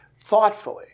thoughtfully